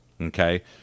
Okay